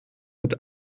mit